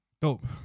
Dope